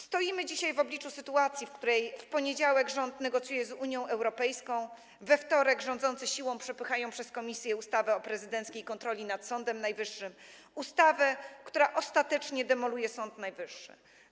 Stoimy dzisiaj w obliczu sytuacji, w której w poniedziałek rząd negocjuje z Unią Europejską, a we wtorek rządzący siłą przepychają przez komisję ustawę o prezydenckiej kontroli nad Sądem Najwyższym, ustawę, która ostatecznie demoluje Sąd Najwyższy.